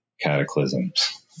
cataclysms